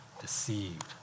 deceived